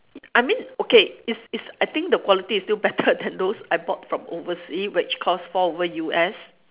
I mean okay it's it's I think the quality is still better than those I bought from oversea which cost four over U_S